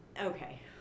Okay